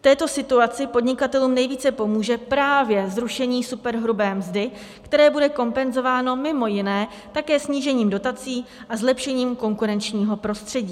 V této situaci podnikatelům nejvíce pomůže právě zrušení superhrubé mzdy, které bude kompenzováno mj. také snížením dotací a zlepšením konkurenčního prostředí.